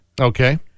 Okay